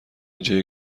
اینجا